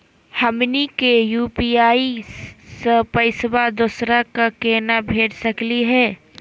हमनी के यू.पी.आई स पैसवा दोसरा क केना भेज सकली हे?